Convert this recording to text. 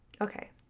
okay